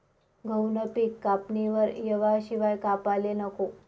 गहूनं पिक कापणीवर येवाशिवाय कापाले नको